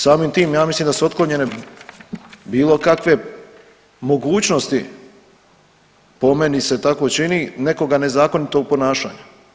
Samim tim ja mislim da su otklonjene bilo kakve mogućnosti, po meni se tako čini nekoga nezakonitog ponašanja.